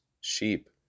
sheep